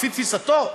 לפי תפיסתו,